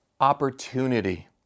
opportunity